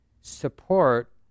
support